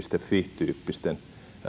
fi tyyppisten